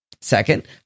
Second